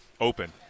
Open